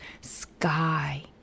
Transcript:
sky